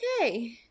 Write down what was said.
okay